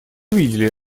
видели